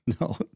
No